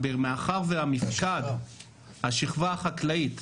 מאחר ובמפקד השכבה החקלאית ממופת,